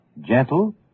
gentle